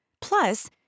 Plus